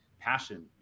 passion